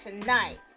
Tonight